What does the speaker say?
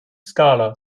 skala